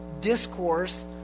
discourse